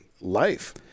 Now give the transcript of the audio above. life